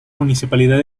municipalidad